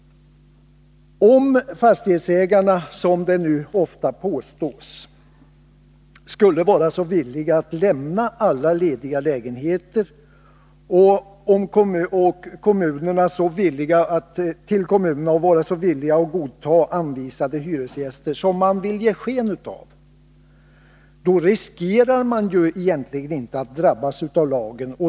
Om fastighetsägarna, som det nu ofta påstås, skulle vara så villiga att lämna alla lediga lägenheter till kommunerna och så villiga att godta de anvisade hyresgästerna som man vill ge sken av, då riskerar man ju egentligen inte att bli drabbad av lagen.